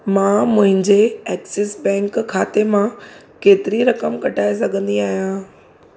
मां मुंहिंजे Axis bank खाते मां केतिरी रक़म कढाए सघंदी आहियां